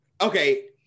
Okay